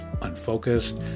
unfocused